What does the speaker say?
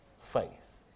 faith